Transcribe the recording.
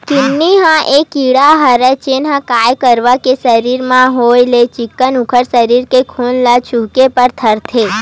किन्नी ह ये कीरा हरय जेनहा गाय गरु के सरीर म होय ले चिक्कन उखर सरीर के खून ल चुहके बर धरथे